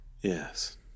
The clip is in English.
Yes